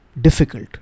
difficult